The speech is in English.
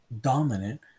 dominant